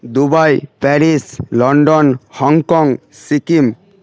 Dubai Paris London Hong Kong Sikkim